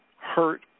hurt